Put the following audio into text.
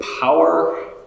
power